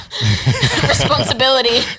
Responsibility